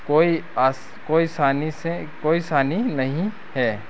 कोई आ कोई सानी से कोई सानी नहीं है